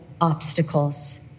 obstacles